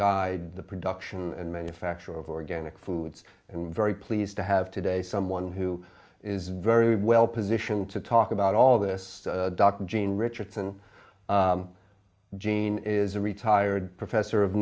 guide the production and manufacture of organic foods and very pleased to have today someone who is very well positioned to talk about all this dr gene richardson gene is a retired professor of